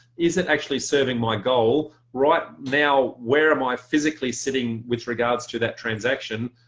is it actually serving my goal? right now, where am i physically sitting with regards to that transaction,